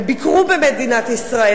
הם ביקרו במדינת ישראל,